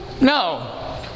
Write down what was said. No